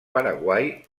paraguai